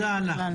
תודה לך.